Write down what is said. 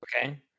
Okay